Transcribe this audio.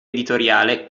editoriale